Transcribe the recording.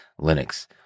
Linux